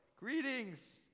Greetings